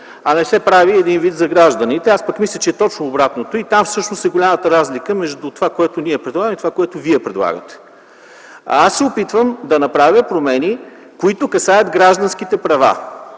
а не се прави за гражданите. Мисля, че е точно обратното и там е голямата разлика между това, което ние предлагаме, и това, което вие предлагате. Аз се опитвам да направя промени, които касаят гражданските права.